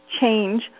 change